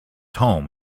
home